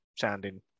sounding